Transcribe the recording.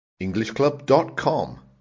EnglishClub.com